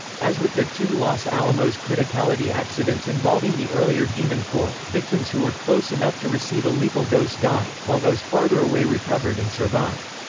as with the two los alamos criticality accidents involving the earlier demon core, victims who were close enough to receive a lethal dose died, while those farther away recovered and survived.